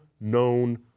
known